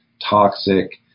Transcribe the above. toxic